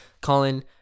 Colin